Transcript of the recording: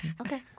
Okay